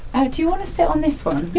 ah do you want to sit on this one?